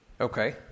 Okay